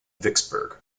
vicksburg